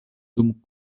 dum